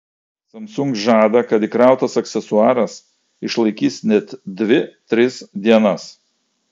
samsung žada kad įkrautas aksesuaras išlaikys net dvi tris dienas